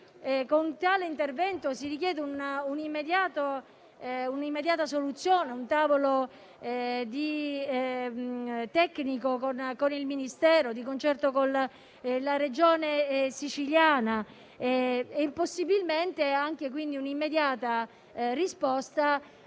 con tale intervento si richiede un'immediata soluzione, un tavolo tecnico con il Ministero, di concerto con la Regione Siciliana, e possibilmente anche un'immediata risposta